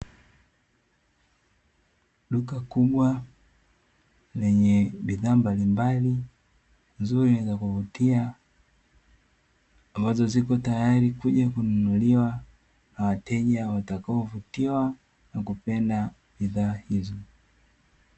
Duka kubwa lenye bidhaa mbalimbali nzuri za kuvutia, ambazo ziko tayari kuja kununuliwa na wateja watakao vutiwa na kupenda bidhaa hizo.